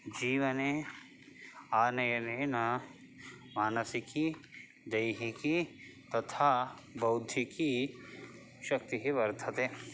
जीवने आनयनेन मानसिकी दैहिकी तथा बौद्धिकीशक्तिः वर्धते